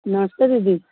नमस्ते दीदी